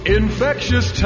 infectious